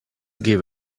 give